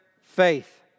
faith